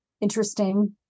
interesting